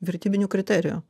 vertybinių kriterijų